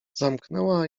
zamknęła